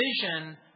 vision